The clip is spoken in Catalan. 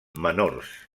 menors